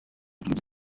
gice